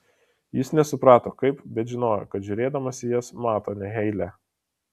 jis nesuprato kaip bet žinojo kad žiūrėdamas į jas mato ne heilę